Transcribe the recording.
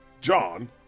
John